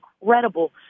incredible